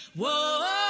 Whoa